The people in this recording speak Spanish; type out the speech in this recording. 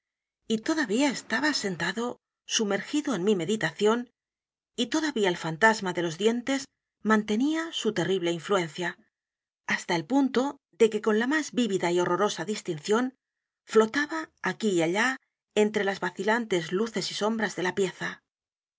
y todavía estaba sentado sumergido en mi meditación y todavía el fantasma de los dientes mantenía su terrible influencia hasta el punto de que con la más vivida y horrorosa distinción flotaba aquí y allá entre las vacilantes luces y sombras de la pieza